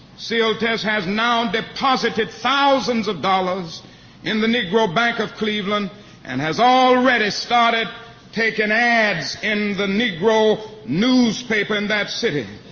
sealtest has now deposited thousands of dollars in the negro bank of cleveland and has already started taking ads in the negro newspaper in that city.